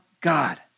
God